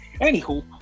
Anywho